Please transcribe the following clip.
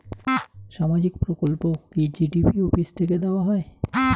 সামাজিক প্রকল্প কি জি.পি অফিস থেকে দেওয়া হয়?